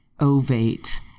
Ovate